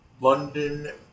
London